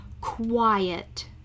quiet